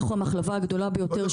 אנחנו המחלבה הגדולה ביותר,